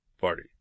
Party